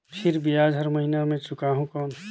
फिर ब्याज हर महीना मे चुकाहू कौन?